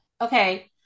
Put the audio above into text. Okay